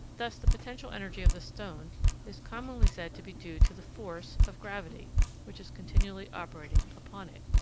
thus the potential energy of the stone is commonly said to be due to the force of gravity which is continually operating upon it.